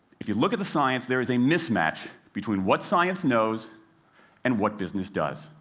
if you look at the science, there is a mismatch between what science knows and what business does.